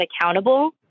accountable